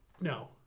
No